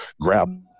grab